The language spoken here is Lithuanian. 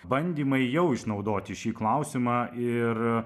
bandymai jau išnaudoti šį klausimą ir